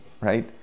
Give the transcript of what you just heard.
right